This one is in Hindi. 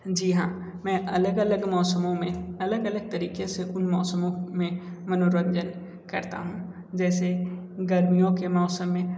जी हाँ मैं अलग अलग मौसमों में अलग अलग तरीके से उन मौसमों में मनोरंजन करता हूँ जैसे गर्मियों के मौसम में